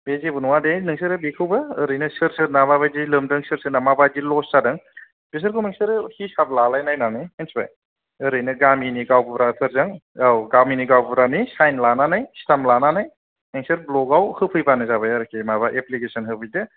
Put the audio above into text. बे जेबो नङा दे नोंसोरो बेखौबो ओरैनो सोर सोरना माबादि लोमदों सोर सोरना माबादि लस जादों बिसोरखौ नोंसोरो हिसाब लालायलायनानै मिथिबाय ओरैनो गामिनि गावबुराफोरजों औ गामिनि गावबुरानि साइन लानानै स्टाम लानानै नोंसोर ब्लकाव होफैबानो जाबाय आरोखि माबा एप्लिकेसन होफैदो